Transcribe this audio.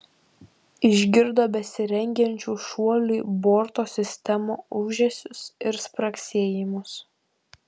išgirdo besirengiančių šuoliui borto sistemų ūžesius ir spragsėjimus